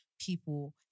people